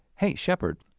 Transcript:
hey shepherd,